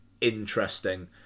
interesting